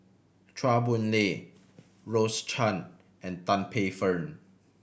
Chua Boon Lay Rose Chan and Tan Paey Fern